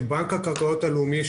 את בנק הקרקעות הלאומי,